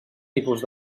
tipus